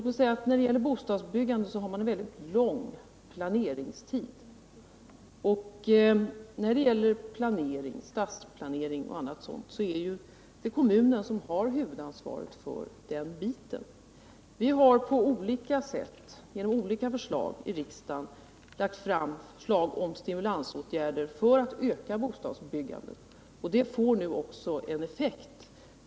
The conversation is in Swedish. Man har en mycket lång planeringstid i bostadsbyggandet, och när det gäller stadsplanering och liknande är det kommunen som har huvudansvaret. Vi har i riksdagen lagt fram olika förslag till stimulansåtgärder för att öka bostadsbyggandet, och det får nu också effekt.